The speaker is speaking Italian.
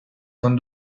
con